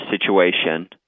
situation